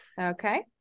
Okay